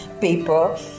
paper